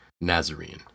Nazarene